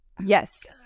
yes